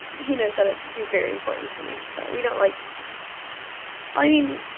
he knows that ah he's very important to me. so we don't, like i mean,